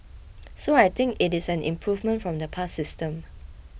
so I think it is an improvement from the past system